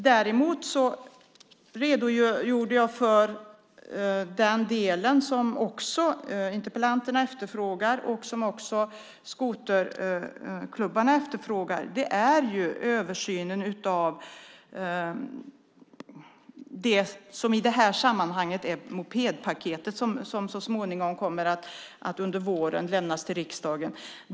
Jag har redogjort för det som interpellanterna och också skoterklubbarna efterfrågar, nämligen översynen av mopedpaketet som under våren kommer att lämnas till riksdagen.